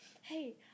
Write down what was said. hey